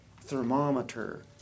Thermometer